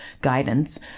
guidance